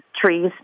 trees